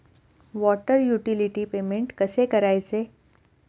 Water utility payment कसे करायचे?